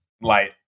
light